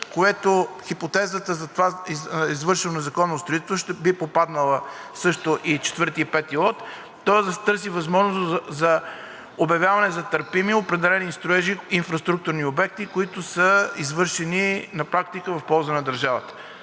В хипотезата за това извършено незаконно строителство биха попаднали и лот 4, и лот 5. Тоест да се търси възможност за обявяване на търпими определени строежи – инфраструктурни обекти, които са извършени на практика в полза на държавата.